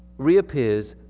reappears,